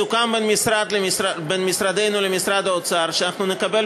סוכם בין משרדנו למשרד האוצר שאנחנו נקבל